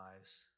lives